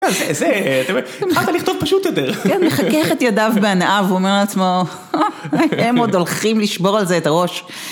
זה, זה, אתה חייב לכתוב פשוט יותר. כן, מחכה את ידיו בהנאה ואומר לעצמו, חה חה הם עוד הולכים לשבור על זה את הראש.